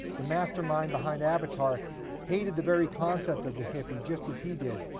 the mastermind behind avatar hated the very concept of the hippie just as he did.